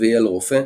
צביאל רופא,